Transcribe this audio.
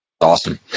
Awesome